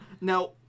Now